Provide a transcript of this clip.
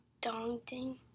Dong-ding